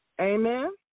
Amen